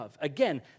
Again